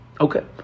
Okay